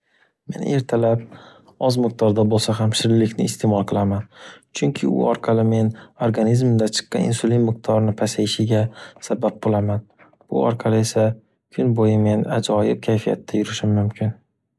Men ertalab oz miqdorda bo’lsa ham shirinlikni istemol qilaman. Chunki u orqali men organizmimdan chiqqan insulin miqdorini pasayishiga sabab bo’laman. Bu orqali esa men kun bo’yi ajoyib kayfiyatda yurishim mumkin.